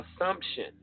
assumption